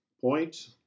point